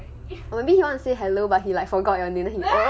maybe he want to say hello but he like forgot your name that's why